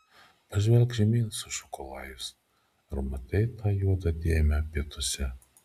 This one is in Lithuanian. pažvelk žemyn sušuko lajus ar matai tą juodą dėmę pietuose